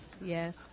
Yes